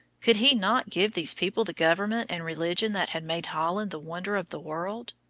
could he not give these people the government and religion that had made holland the wonder of the world?